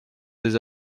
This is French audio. des